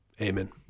Amen